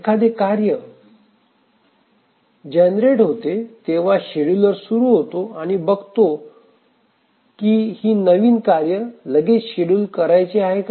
एखादे कार्य किंवा कार्य जनरेट होते तेव्हा शेड्युलर सुरू होतो आणि बघतो की ही नवीन कार्य लगेच शेड्युल करायचे आहे का